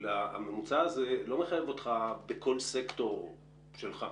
הממוצע הזה לא מחייב אותך בכל סקטור שלך.